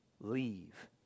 leave